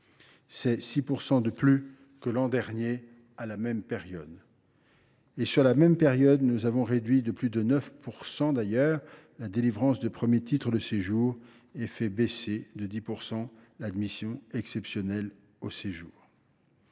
soit 6 % de plus que l’an dernier à la même période. Dans le même temps, nous avons réduit de plus de 9 % la délivrance de premiers titres de séjour et fait baisser de 10 % l’admission exceptionnelle au séjour.